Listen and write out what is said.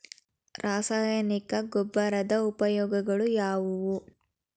ರಾಸಾಯನಿಕ ಗೊಬ್ಬರದ ಉಪಯೋಗಗಳು ಯಾವುವು?